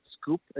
scoop